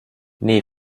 nee